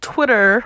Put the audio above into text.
Twitter